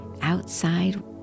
outside